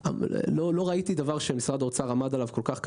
לא ראיתי דבר שמשרד האוצר עמד עליו בצורה כל כך קשה.